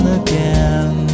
again